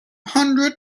hundred